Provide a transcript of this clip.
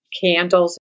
candles